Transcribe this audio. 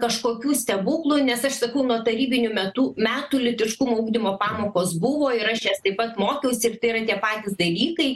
kažkokių stebuklų nes aš sakau nuo tarybinių metų metų lytiškumo ugdymo pamokos buvo ir aš jas taip pat mokiausi ir tai yra tie patys dalykai